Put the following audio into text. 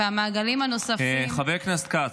והמעגלים הנוספים -- חבר הכנסת כץ,